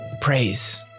Praise